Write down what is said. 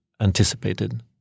anticipated